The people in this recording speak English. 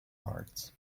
words